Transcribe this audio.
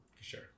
sure